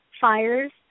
Fires